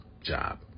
job